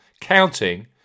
counting